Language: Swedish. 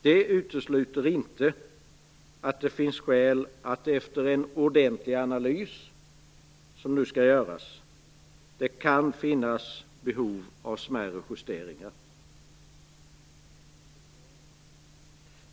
Det utesluter inte att det efter en ordentlig analys, som nu skall göras, kan finnas behov av smärre justeringar.